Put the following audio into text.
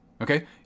Okay